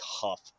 tough